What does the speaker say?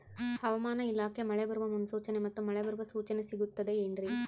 ಹವಮಾನ ಇಲಾಖೆ ಮಳೆ ಬರುವ ಮುನ್ಸೂಚನೆ ಮತ್ತು ಮಳೆ ಬರುವ ಸೂಚನೆ ಸಿಗುತ್ತದೆ ಏನ್ರಿ?